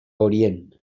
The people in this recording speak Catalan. orient